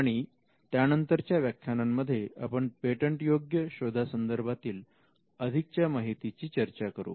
आणि त्यानंतरच्या व्याख्यानांमध्ये आपण पेटंट योग्य शोधा संदर्भातील अधिक च्या माहितीची चर्चा करू